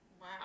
Wow